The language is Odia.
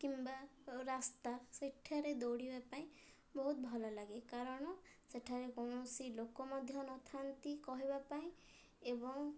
କିମ୍ବା ରାସ୍ତା ସେଠାରେ ଦୌଡ଼ିବା ପାଇଁ ବହୁତ ଭଲ ଲାଗେ କାରଣ ସେଠାରେ କୌଣସି ଲୋକ ମଧ୍ୟ ନଥାନ୍ତି କହିବା ପାଇଁ ଏବଂ